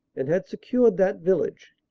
and had secured that village,